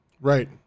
Right